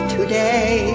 Today